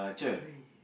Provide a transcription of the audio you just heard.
three